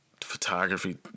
photography